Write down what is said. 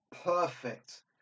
perfect